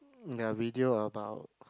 the video about